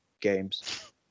games